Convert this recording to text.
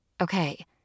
Okay